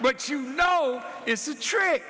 but you know it's a trick